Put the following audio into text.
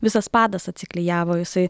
visas padas atsiklijavo jisai